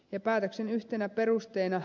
jo päätöksen yhtenä perusteena